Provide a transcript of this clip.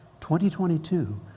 2022